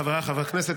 חבריי חברי הכנסת,